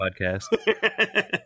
podcast